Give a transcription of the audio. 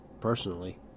personally